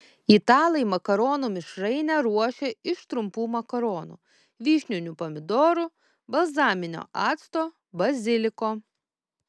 italai makaronų mišrainę ruošia iš trumpų makaronų vyšninių pomidorų balzaminio acto baziliko